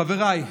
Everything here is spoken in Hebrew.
חבריי,